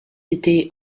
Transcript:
était